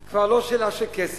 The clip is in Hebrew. זו כבר לא שאלה של כסף,